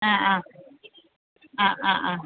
ആ ആ ആ ആ ആ